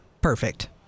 Perfect